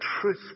truth